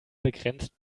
begrenzt